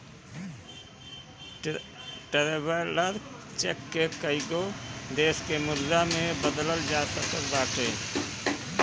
traveller cheque के कईगो देस के मुद्रा में बदलल जा सकत बाटे